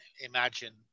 imagine